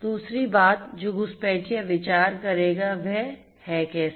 दूसरी बात जो घुसपैठिया विचार करेगा वह है कैसे